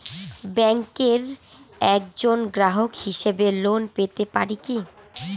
ব্যাংকের একজন গ্রাহক হিসাবে লোন পেতে পারি কি?